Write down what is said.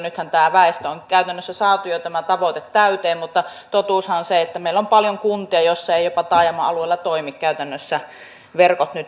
nythän tämä tavoite on käytännössä saatu jo täyteen mutta totuushan on se että meillä on paljon kuntia joissa eivät edes taajama alueella toimi käytännössä verkot nyt riittävästi